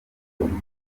umutoza